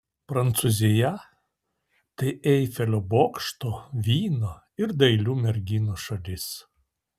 prancūzija tai eifelio bokšto vyno ir dailių merginų šalis